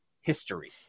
history